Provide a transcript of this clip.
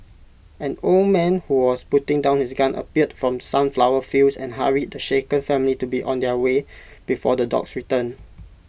an old man who was putting down his gun appeared from the sunflower fields and hurried the shaken family to be on their way before the dogs return